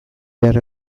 behar